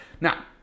Now